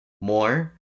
more